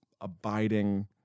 abiding